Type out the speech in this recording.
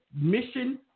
mission